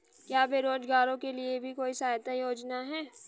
क्या बेरोजगारों के लिए भी कोई सहायता योजना है?